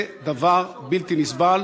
זה דבר בלתי נסבל,